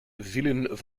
vielen